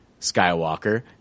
Skywalker